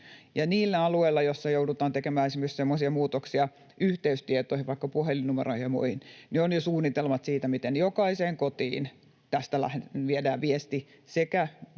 niillä alueilla, joissa joudutaan tekemään esimerkiksi muutoksia yhteystietoihin, vaikka puhelinnumeroon ja muihin, on jo suunnitelmat siitä, miten jokaiseen kotiin tästä viedään viesti sekä